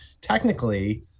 technically